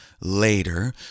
later